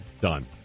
Done